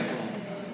כן.